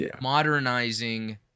modernizing